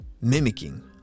mimicking